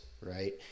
right